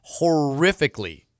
horrifically